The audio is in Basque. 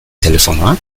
telefonoa